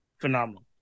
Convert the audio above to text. Phenomenal